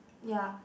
ya